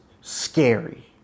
scary